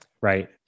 right